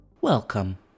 Welcome